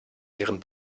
ihren